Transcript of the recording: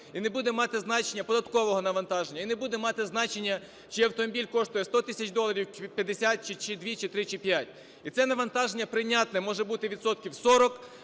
придбання автомобілів, податкового навантаження, і не буде мати значення чи автомобіль коштує 100 тисяч доларів, чи 50, чи 2, чи 3, чи 5. І це навантаження прийнятне може бути відсотків 40